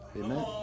Amen